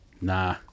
Nah